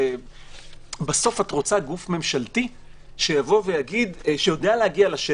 בסוף את רוצה גוף ממשלתי שיודע להגיע לשטח.